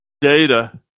data